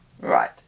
Right